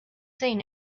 seen